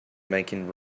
making